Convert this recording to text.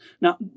Now